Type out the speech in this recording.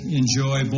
enjoy